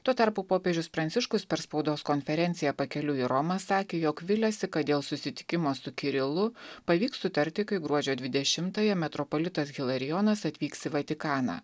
tuo tarpu popiežius pranciškus per spaudos konferenciją pakeliui į romą sakė jog viliasi kad dėl susitikimo su kirilu pavyks sutarti kai gruodžio dvidešimtąją metropolitas hilarijonas atvyks į vatikaną